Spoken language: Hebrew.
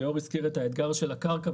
ליאור הזכיר את האתגר של הקרקע,